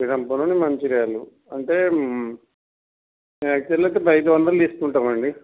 శ్రీరాంపురం నుండి మంచిర్యాల అంటే యాక్చువల్గా అయితే ఐదు వందలు తీసుకుంటాం అండి